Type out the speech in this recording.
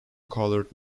colored